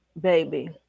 Baby